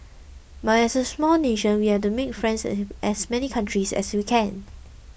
but as a small nation we have to make friends as many countries as we can